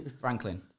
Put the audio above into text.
Franklin